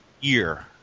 year